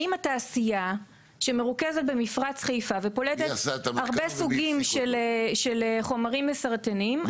האם התעשייה שמרוכזת במפרץ חיפה ופולטת הרבה סוגים של חומרים מסרטנים,